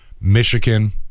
Michigan